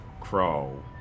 Crow